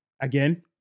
Again